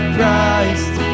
Christ